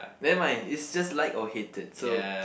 nevermind it's just liked or hated so